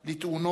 כן.